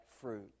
fruit